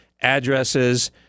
addresses